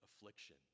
Affliction